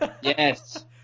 Yes